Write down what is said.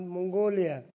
Mongolia